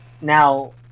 Now